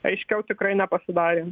aiškiau tikrai nepasidarė